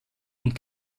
und